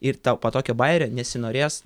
ir tau po tokio bajerio nesinorės